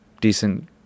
decent